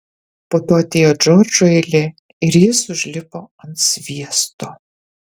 po to atėjo džordžo eilė ir jis užlipo ant sviesto